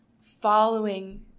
following